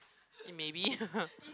it maybe